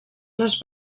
les